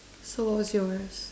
so what's yours